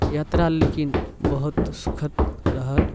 यात्रा लेकिन बहुत सुखद रहल